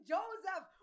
Joseph